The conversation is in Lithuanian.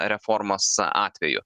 reformos atveju